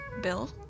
Bill